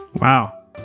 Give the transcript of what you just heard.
Wow